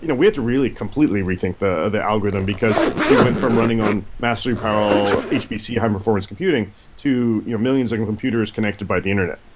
you know we had to really completely rethink the the algorithm because we went from running on massively parallel hpc, high performance computing to millions like of computers connected by the internet.